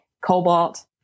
cobalt